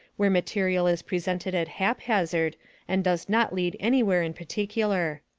where material is presented at haphazard and does not lead anywhere in particular.